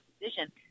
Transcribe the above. decision